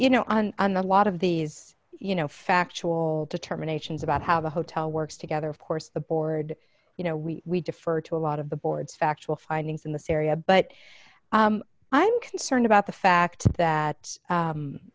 you know on the lot of these you know factual determination about how the hotel works together of course the board you know we defer to a lot of the boards factual findings in the area but i'm concerned about the fact that